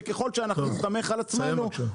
וככל שנסתמך על עצמנו